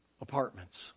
apartments